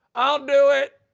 i'll do it.